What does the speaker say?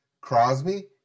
Crosby